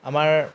আমাৰ